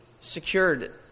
secured